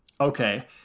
okay